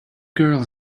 girls